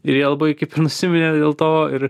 ir jie labai kaip ir nusiminė dėl to ir